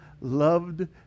loved